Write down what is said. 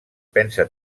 pensa